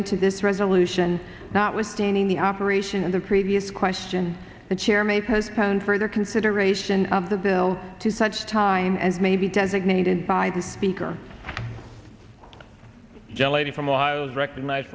to this resolution not withstanding the operation of the previous question the chair may postpone further consideration of the bill to such time as may be designated by the speaker jelly from was recognized